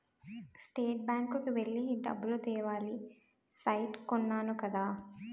state bank కి వెళ్లి డబ్బులు తేవాలి సైట్ కొన్నాను కదా